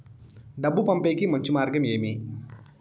డబ్బు పంపేకి మంచి మార్గం ఏమి